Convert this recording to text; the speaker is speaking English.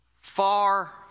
far